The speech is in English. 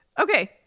Okay